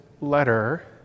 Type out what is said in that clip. letter